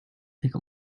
take